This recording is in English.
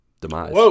demise